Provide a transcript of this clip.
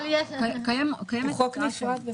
זה שונה לגמרי.